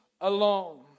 Alone